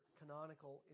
canonical